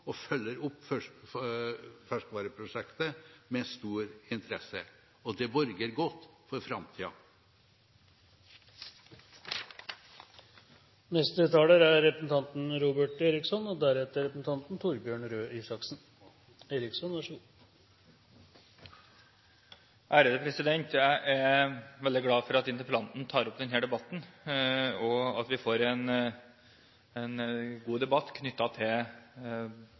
og følger opp Ferskvareprosjektet med stor interesse. Det borger godt for framtida. Jeg er veldig glad for at interpellanten tar opp denne debatten, og at vi får en god debatt knyttet til sykefraværet og ikke minst om IA-avtalen. Jeg er helt enig med interpellanten i at